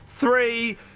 Three